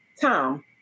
Tom